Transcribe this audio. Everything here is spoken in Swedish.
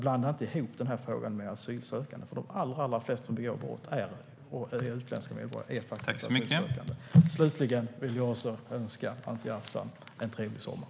Blanda inte ihop denna fråga med asylfrågan, för de allra flesta utländska medborgare som begår brott är inte asylsökande. Slutligen önskar jag Anti Avsan en trevlig sommar.